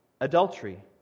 adultery